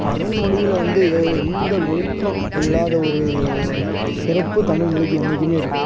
தமிழ்மொழியில் வந்து எ எந்த மொழிக்கும் இல்லாத ஒரு சிறப்பு தமிழ்மொழிக்கு என்றைக்குமே இருக்குது